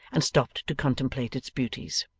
and stopped to contemplate its beauties.